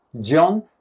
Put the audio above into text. John